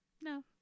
No